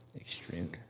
Extreme